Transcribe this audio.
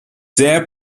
sehr